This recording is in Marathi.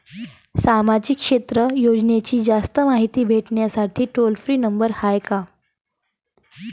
सामाजिक क्षेत्र योजनेची जास्त मायती भेटासाठी टोल फ्री नंबर हाय का?